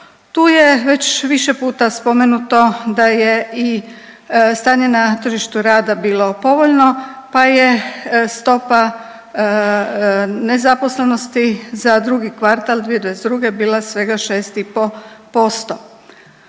Tu je već više puta spomenuto da je i stanje na tržištu rada bilo povoljno pa je stopa nezaposlenosti za drugi kvartal 2022. bila svega 6,5%.